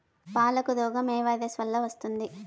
పాలకు రోగం ఏ వైరస్ వల్ల వస్తుంది?